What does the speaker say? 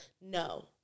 No